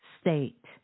state